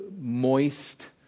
moist